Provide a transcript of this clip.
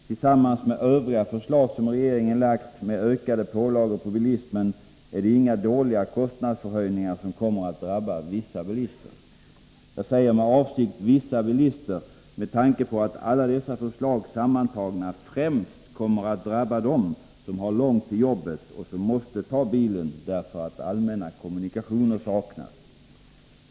Tillsammans med övriga förslag som regeringen lagt fram, med ökade pålagor på bilismen, är det inga dåliga kostnadsförhöjningar som kommer att drabba vissa bilister. Jag säger med avsikt vissa bilister med tanke på att alla dessa förslag sammantagna främst kommer att drabba dem som har långt till jobbet och måste ta bilen därför att allmänna kommunikationer saknas.